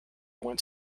went